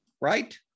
right